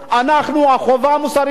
לפי הערכים היהודיים שלנו,